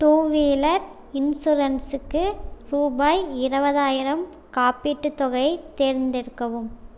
two wheeler இன்சூரன்ஸுக்கு ரூபாய் இருவதாயிரம் காப்பீட்டுத் தொகை தேர்ந்தெடுக்கவும்